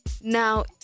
Now